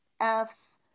F's